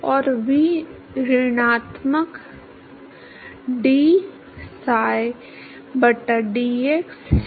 और v ऋणात्मक dpsi बटा dx है